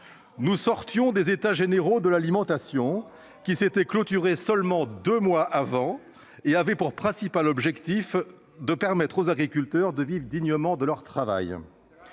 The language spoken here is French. Nous sortions des états généraux de l'alimentation, qui s'étaient clôturés seulement deux mois avant et avaient pour principal objectif de permettre aux agriculteurs de vivre dignement de leur travail.